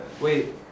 Wait